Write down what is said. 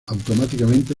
automáticamente